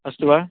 अस्तु वा